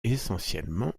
essentiellement